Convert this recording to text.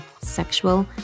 sexual